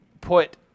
put